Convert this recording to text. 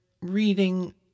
reading